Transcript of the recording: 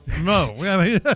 No